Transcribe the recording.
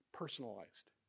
personalized